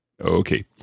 Okay